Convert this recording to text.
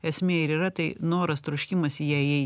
esmė ir yra tai noras troškimas į ją įeiti